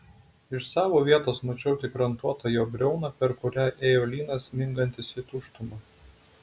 iš savo vietos mačiau tik rantuotą jo briauną per kurią ėjo lynas smingantis į tuštumą